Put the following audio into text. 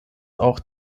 auch